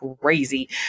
crazy